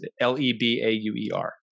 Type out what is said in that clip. L-E-B-A-U-E-R